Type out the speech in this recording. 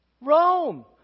Rome